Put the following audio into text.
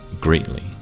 greatly